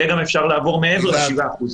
אפשר יהיה לעבור גם מעבר ל-7%.